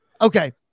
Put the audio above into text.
okay